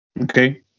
Okay